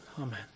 Amen